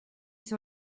sur